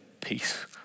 peace